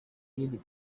ibiri